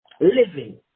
living